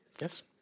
Yes